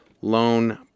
loan